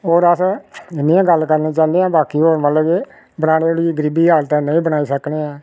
और अस इन्नी गै गल्ल करना चाहंदे आं बाकी हुन मतलब के बनाने आह्ली गरीबी हालत ऐ नेईं बनाई सकनेआं